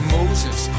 Moses